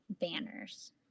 banners